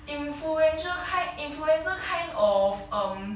influencer kind influencer kind of um